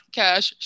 cash